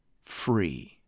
free